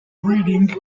breeding